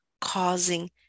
causing